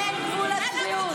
אין גבול לצביעות.